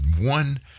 one